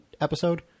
episode